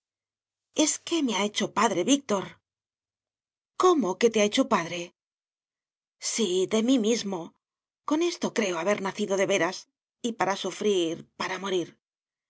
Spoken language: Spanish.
es que me ha hecho padre víctor cómo que te ha hecho padre sí de mí mismo con esto creo haber nacido de veras y para sufrir para morir